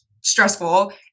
stressful